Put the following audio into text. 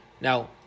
Now